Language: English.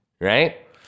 right